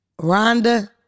Rhonda